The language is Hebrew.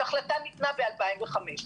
כשההחלטה ניתנה ב-2005.